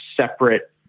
separate